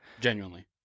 genuinely